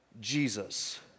Jesus